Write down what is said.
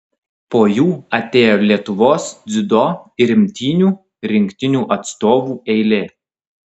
po jų atėjo lietuvos dziudo ir imtynių rinktinių atstovų eilė